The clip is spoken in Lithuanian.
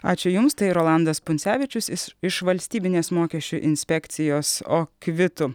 ačiū jums tai rolandas puncevičius iš valstybinės mokesčių inspekcijos o kvitų